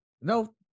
no